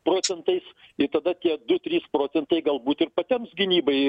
procentais ir tada tie du trys procentai galbūt ir patiems gynybai